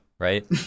Right